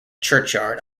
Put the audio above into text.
churchyard